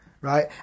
right